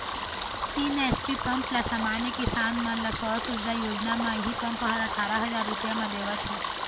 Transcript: तीन HP pump ल समान्य किसान मन ल सौर सूजला योजना म इहीं पंप ह अठारा हजार रूपिया म देवत हे